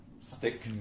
stick